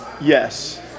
Yes